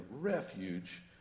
refuge